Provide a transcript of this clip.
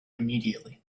immediately